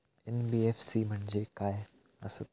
NBFC म्हणजे खाय आसत?